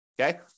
okay